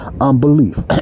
Unbelief